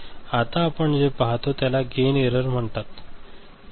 आता आपण जे पाहतो त्याला गेन एरर म्हणतात